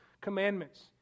commandments